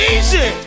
Easy